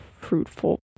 fruitful